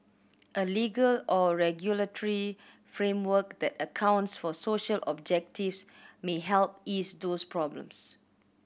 a legal or regulatory framework that accounts for social objectives may help ease those problems